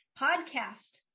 podcast